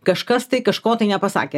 kažkas tai kažko tai nepasakė